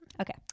Okay